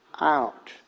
out